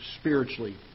spiritually